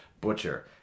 Butcher